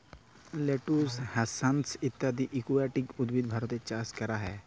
lettuce, hyacinth ইত্যদি aquatic উদ্ভিদ ভারতে চাস ক্যরা হ্যয়ে